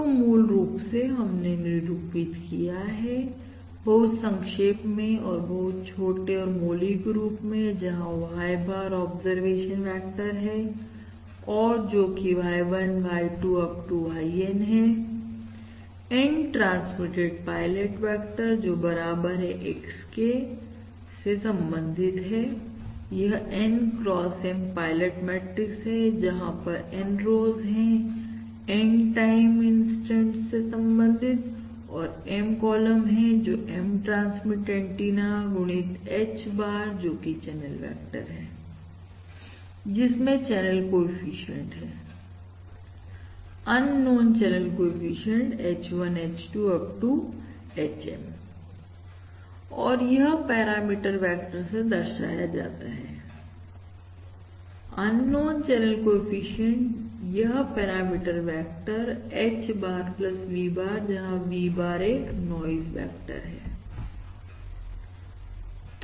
तो मूल रूप से हमने निरूपित किया है बहुत संक्षेप में और बहुत छोटे और मौलिक रूप में जहां Y bar ऑब्जर्वेशन वेक्टर है और जो कि Y1 Y2 Up to YN है N ट्रांसमिटेड पायलट वेक्टर जो बराबर है X के से संबंधित है यह N x M pilot matrix है जहां पर N रोज हैं N टाइम इनस्टंट्स से संबंधित और M कॉलम है जो M transmit antenna x H bar जोकि चैनल वेक्टर है जिसमें चैनल कोएफिशिएंट हैअननोन channel coefficient H1 H2 up to HM और यह पैरामीटर वेक्टर से दर्शाया जाता है अननोन चैनल कोएफिशिएंट यह parameter vector H bar V bar जहां V bar नॉइज वेक्टर है